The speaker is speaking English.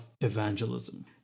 evangelism